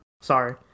Sorry